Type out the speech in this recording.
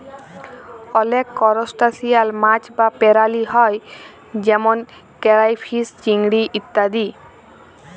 অলেক করসটাশিয়াল মাছ বা পেরালি হ্যয় যেমল কেরাইফিস, চিংড়ি ইত্যাদি